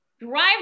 drive